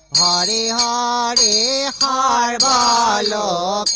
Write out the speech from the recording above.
da da ah da ah da da da